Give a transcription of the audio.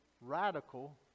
radical